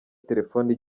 telefoni